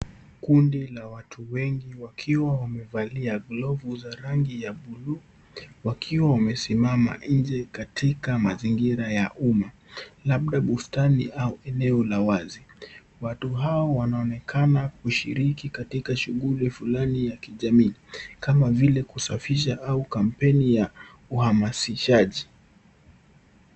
Kundi la watu wengi waliovalowa glove za angi ya buluu wakiwa wamesimama nje katika mazingira ya umma, labda bustani au eneo la wazi. Watu hawa wanonekana kushiriki katika sughuli fulani ya kijamii kama vile kusafisha au kampeini ya uhamasishaji.